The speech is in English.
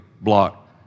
block